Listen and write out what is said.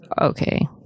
okay